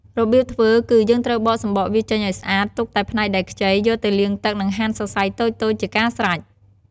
របៀបធ្វើគឺ យើងត្រូវបកសំបកវាចេញឱ្យស្អាត ទុកតែផ្នែកដែលខ្ចី យកទៅលាងទឹក និងហាន់សរសៃតូចៗជាការស្រេច។